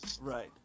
Right